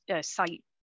site